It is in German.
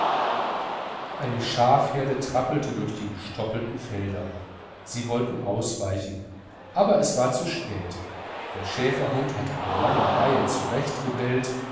eine schafherde trappelte durch die gestoppelten felder sie wollten ausweichen aber es war zu spät der schäferhund hatte eine lange reihe